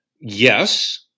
Yes